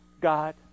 God